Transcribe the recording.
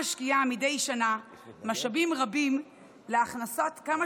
המדינה משקיעה מדי שנה משאבים רבים להכנסת כמה